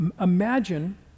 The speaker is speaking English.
Imagine